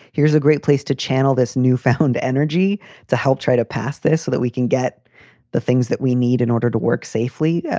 here's a great place to channel this newfound energy to help try to pass this so that we can get the things that we need in order to work safely.